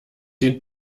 den